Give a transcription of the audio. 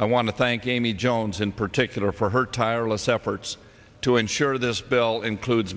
i want to thank gamey jones in particular for her tireless efforts to ensure this bill includes